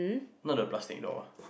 not the plastic doll